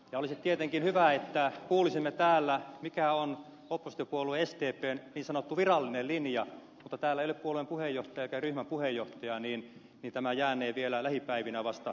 olisi tietenkin hyvä että kuulisimme täällä mikä on oppositiopuolue sdpn niin sanottu virallinen linja mutta kun täällä ei ole puolueen puheenjohtajaa eikä ryhmäpuheenjohtajaa niin tämä jäänee vielä lähipäivinä selvitettäväksi